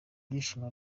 ibyishimo